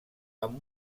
amb